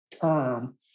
term